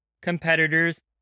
competitors